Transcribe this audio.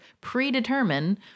predetermine